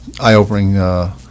eye-opening